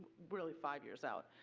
really five years out.